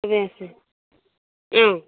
সবেই আছে ওম